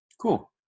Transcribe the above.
Cool